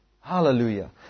Hallelujah